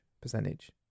percentage